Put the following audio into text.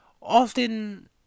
often